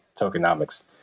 tokenomics